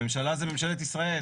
הממשלה זה ממשלת ישראל.